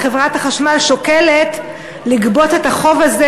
וחברת החשמל שוקלת לגבות את החוב הזה